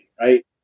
right